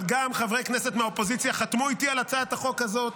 אבל גם חברי כנסת מהאופוזיציה חתמו איתי על הצעת החוק הזאת,